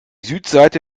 südseite